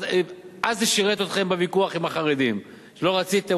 אז זה שירת אתכם בוויכוח עם החרדים לא רציתם,